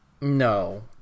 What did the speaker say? No